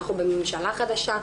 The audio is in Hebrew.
אנחנו בממשלה חדשה,